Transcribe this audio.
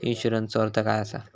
इन्शुरन्सचो अर्थ काय असा?